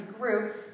groups